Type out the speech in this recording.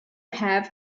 have